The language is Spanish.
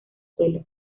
suelo